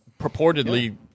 purportedly